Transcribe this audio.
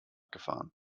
gefahren